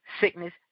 sickness